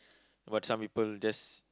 but some people just